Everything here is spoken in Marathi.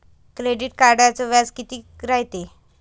क्रेडिट कार्डचं व्याज कितीक रायते?